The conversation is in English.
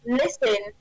listen